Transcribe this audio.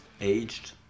aged